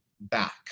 back